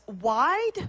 wide